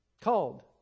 Called